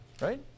right